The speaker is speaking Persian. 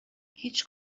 هیچ